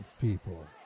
people